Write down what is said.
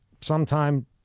sometime